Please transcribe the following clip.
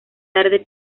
tarde